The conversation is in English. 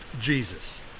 Jesus